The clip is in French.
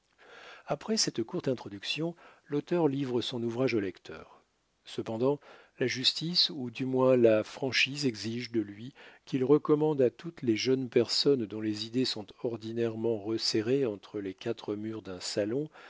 après cette courte introduction l'auteur livre son ouvrage au lecteur cependant la justice ou du moins la franchise exige de lui qu'il recommande à toutes les jeunes personnes dont les idées sont ordinairement resserrées entre les quatre murs d'un salon